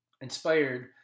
Inspired